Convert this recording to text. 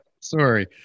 Sorry